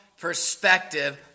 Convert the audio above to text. perspective